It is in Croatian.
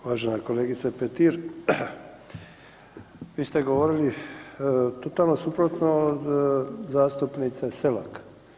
Uvažena kolegice Petir vi ste govorili totalno suprotno od zastupnice Selak.